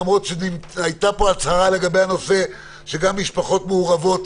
למרות שהיתה פה הצהרה לגבי הנושא שגם משפחות מעורבות,